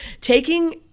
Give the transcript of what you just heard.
taking